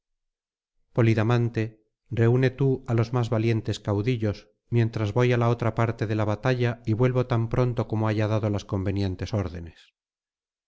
reúne tú á los más valientes caudillos mientras voy á la otra parte de la batalla y vuelvo tan pronto como haya dado las convenientes órdenes